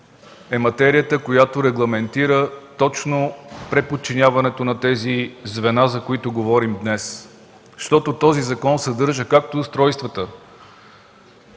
е материята, която регламентира точно преподчиняването на тези звена, за които говорим днес, защото този закон съдържа както устройствата